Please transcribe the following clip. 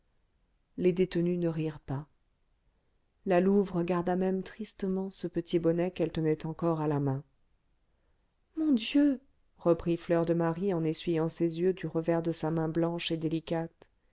les détenues ne rirent pas la louve regarda même tristement ce petit bonnet qu'elle tenait encore à la main mon dieu reprit fleur de marie en essuyant ses yeux du revers de sa main blanche et délicate